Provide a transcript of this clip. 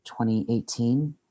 2018